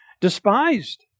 despised